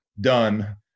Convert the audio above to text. done